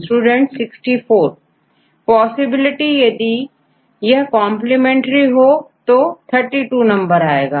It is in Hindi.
स्टूडेंट64 64 पॉसिबिलिटीज यदि यह कंप्लीमेंट्री हो तो नंबर32 होगा